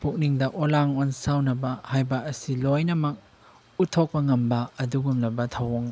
ꯄꯨꯛꯅꯤꯡꯗ ꯑꯣꯂꯥꯡ ꯑꯣꯟꯁꯥꯎꯅꯕ ꯍꯥꯏꯕ ꯑꯁꯤ ꯂꯣꯏꯅꯃꯛ ꯎꯠꯊꯣꯛꯄ ꯉꯝꯕ ꯑꯗꯨꯒꯨꯝꯂꯕ ꯊꯧꯑꯣꯡ